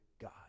God